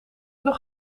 nog